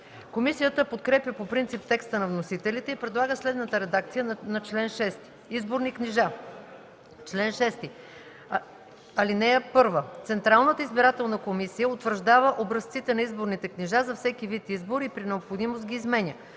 Комисията подкрепя по принцип текста на вносителите и предлага следната редакция на чл. 6: „Изборни книжа Чл. 6. (1) Централната избирателна комисия утвърждава образците на изборните книжа за всеки вид избор и при необходимост ги изменя.